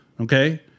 okay